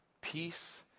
peace